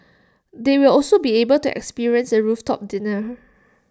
they will also be able to experience A rooftop dinner